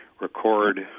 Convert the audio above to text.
record